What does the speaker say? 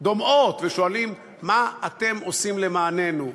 דומעות ושואלים: מה אתם עושים למעננו?